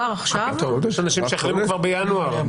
יש אנשים שהחלימו כבר בינואר.